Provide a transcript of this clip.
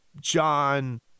John